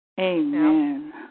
Amen